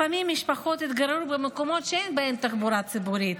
לפעמים המשפחות התגוררו במקומות שאין בהם תחבורה ציבורית,